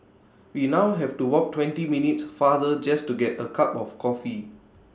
we now have to walk twenty minutes farther just to get A cup of coffee